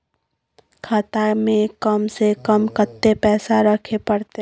खाता में कम से कम कत्ते पैसा रखे परतै?